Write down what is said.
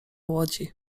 łodzi